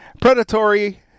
predatory